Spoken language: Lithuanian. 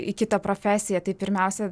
į kitą profesiją tai pirmiausia